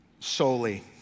Solely